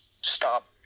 stop